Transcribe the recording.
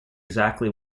exactly